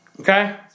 Okay